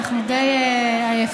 אנחנו די עייפים,